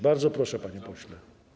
Bardzo proszę, panie pośle.